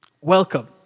welcome